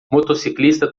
motociclista